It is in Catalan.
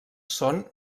són